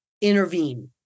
intervene